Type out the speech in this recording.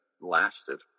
lasted